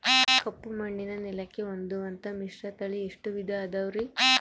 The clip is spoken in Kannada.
ಕಪ್ಪುಮಣ್ಣಿನ ನೆಲಕ್ಕೆ ಹೊಂದುವಂಥ ಮಿಶ್ರತಳಿ ಎಷ್ಟು ವಿಧ ಅದವರಿ?